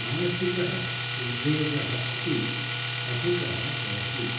मानसिकः उद्वेगः अपि अधिकः भवति